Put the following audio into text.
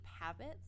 habits